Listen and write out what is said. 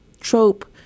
trope